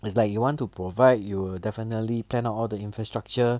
is like you want to provide you will definitely plan of all the infrastructure